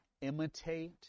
imitate